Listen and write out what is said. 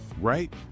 right